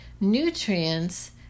nutrients